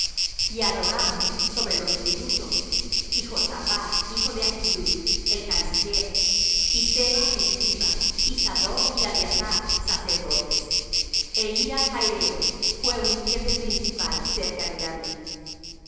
y adoram sobre los tributos y josaphat hijo de ahillud el canciller y seba escriba y sadoc y abiathar sacerdotes é ira jaireo fué un jefe principal cerca de david